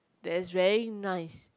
that is very nice